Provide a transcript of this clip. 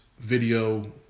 video